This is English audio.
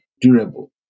durable